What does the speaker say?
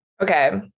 Okay